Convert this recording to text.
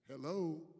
Hello